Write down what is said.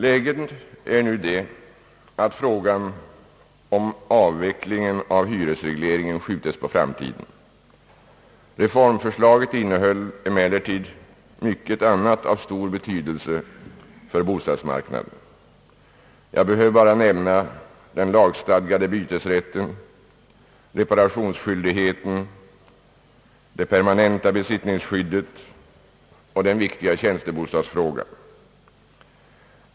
Läget är nu det att frågan om avveck emellertid mycket annat av stor betydelse för bostadsmarknaden. Jag behöver bara nämna den lagstadgade bytesrätten, reparationsskyldigheten, det permanenta besittningsskyddet och den viktiga tjänstebostadsfrågan.